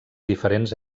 diferents